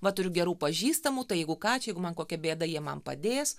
va turiu gerų pažįstamų tai jeigu ką čia jeigu man kokia bėda jie man padės